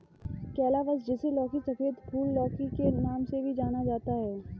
calabash, जिसे लौकी, सफेद फूल वाली लौकी के नाम से भी जाना जाता है